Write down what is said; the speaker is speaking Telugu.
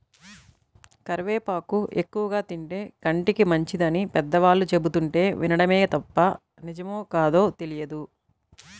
కరివేపాకు ఎక్కువగా తింటే కంటికి మంచిదని పెద్దవాళ్ళు చెబుతుంటే వినడమే తప్ప నిజమో కాదో తెలియదు